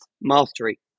mastery